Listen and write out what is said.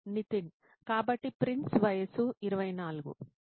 నితిన్ కాబట్టి ప్రిన్స్ వయసు 24